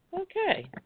Okay